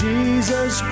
Jesus